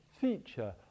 feature